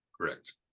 Correct